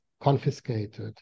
confiscated